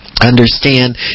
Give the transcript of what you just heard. understand